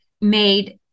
made